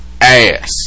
ass